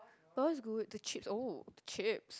Baha was good the chips oh the chips